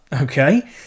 okay